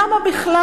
למה בכלל